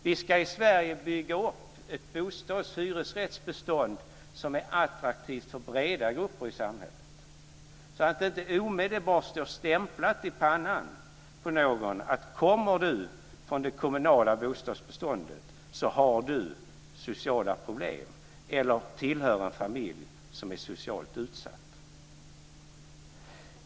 Vi ska i Sverige bygga upp ett bostadshyresrättsbestånd som är attraktivt för breda grupper i samhället så att det inte omedelbart står stämplat i pannan på någon att om du kommer från det kommunala bostadsbeståndet så har du sociala problem eller tillhör en familj som är socialt utsatt.